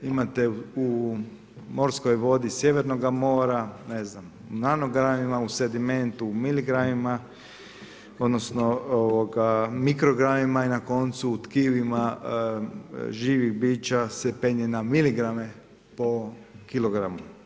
Imate u morskoj vodi Sjevernoga mora, ne zna, u nanogramima, u sedimentu u miligramima, odnosno u mikrogramima i na koncu u tkivima živih bića se penje na miligrame po kilogramu.